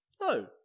no